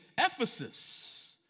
Ephesus